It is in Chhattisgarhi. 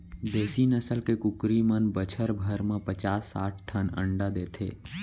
देसी नसल के कुकरी मन बछर भर म पचास साठ ठन अंडा देथे